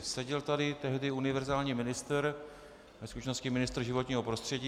Seděl tady tehdy univerzální ministr, ve skutečnosti ministr životního prostředí.